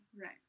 Right